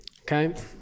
Okay